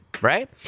right